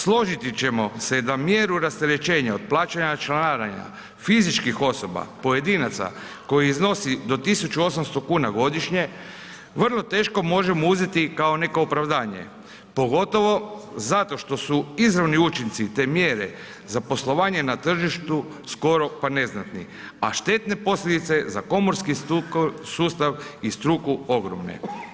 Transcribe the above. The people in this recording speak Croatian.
Složiti ćemo se da mjeru rasterećenja od plaćanja članarina fizičkih osoba pojedinaca koje iznosi do 1800 kn godišnje, vrlo teško možemo uzeti kao neko opravdanje, pogotovo zato što su izravni učinci te mjere za poslovanje na tržištu skoro pa neznatni, a štetne posljedice za komorski sustav i struku ogromne.